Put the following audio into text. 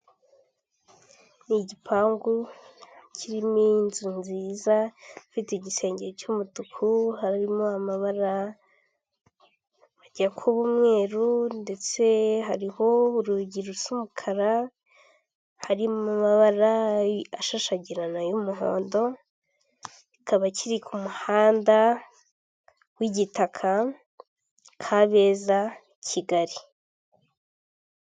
Ni igipangu kirimo inzu nziza ifite igisenge cy'umutuku harimo amabara ajya kuba umweru, ndetse hariho urugi rusa umukara harimo amabara ashashagirana y'umuhondo ikaba kiri ku muhanda w'igitaka kabeza kigali.